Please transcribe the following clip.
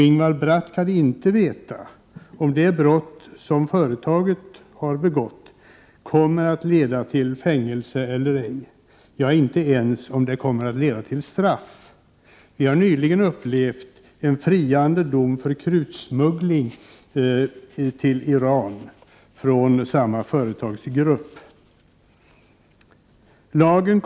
Ingvar Bratt kan inte veta om det brott som företaget har begått kommer att leda till fängelsestraff eller ej. Ja, han kan inte ens veta om det leder till något straff över huvud taget. Vi har nyligen upplevt en friande dom för krutsmuggling till Iran från samma företagsgrupps sida.